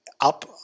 up